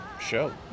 show